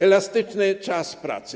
Elastyczny czas pracy.